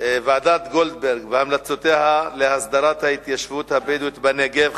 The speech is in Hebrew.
ועדת-גולדברג והמלצותיה להסדרת ההתיישבות הבדואית בנגב,